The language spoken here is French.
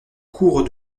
cours